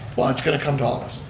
it's going to come to all of us.